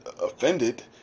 offended